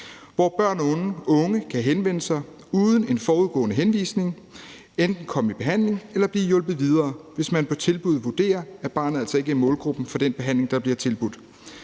hvor børn og unge kan henvende sig uden en forudgående henvisning og enten komme i behandling eller blive hjulpet videre, hvis man på tilbuddet vurderer, at barnet altså ikke er i målgruppen for den behandling, der bliver tilbudt.